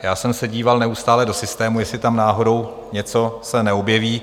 Já jsem se díval neustále do systému, jestli tam náhodou něco se neobjeví.